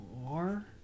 more